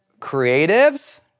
creatives